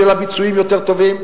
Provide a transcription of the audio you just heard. שיהיו לה ביצועים יותר טובים.